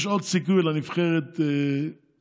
יש עוד סיכוי גם לנבחרת המתעמלות,